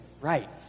right